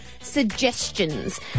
suggestions